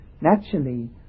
Naturally